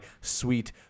sweet